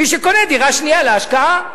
מי שקונה דירה שנייה, להשקעה.